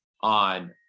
on